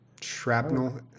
shrapnel